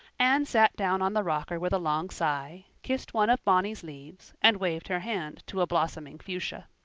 anne sat down on the rocker with a long sigh, kissed one of bonny's leaves, and waved her hand to a blossoming fuchsia.